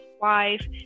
wife